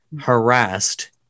harassed